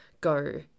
go